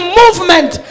movement